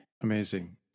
Amazing